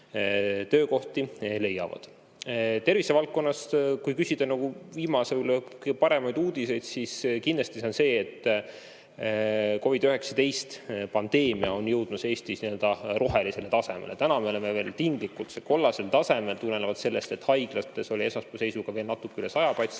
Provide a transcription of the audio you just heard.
leiavad. Tervisevaldkonnas, kui küsida nüüd viimaseid paremaid uudiseid, siis kindlasti see on see, et COVID‑19 pandeemia on jõudmas Eestis rohelisele tasemele. Täna me oleme tinglikult kollasel tasemel, tulenevalt sellest, et haiglates oli esmaspäeva seisuga veel natuke üle 100